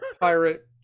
pirate